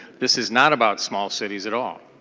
this is not about small cities at all.